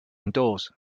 indoors